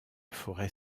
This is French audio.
forêt